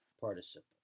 participle